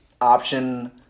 option